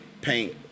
paint